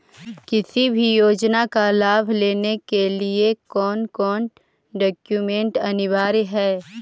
किसी भी योजना का लाभ लेने के लिए कोन कोन डॉक्यूमेंट अनिवार्य है?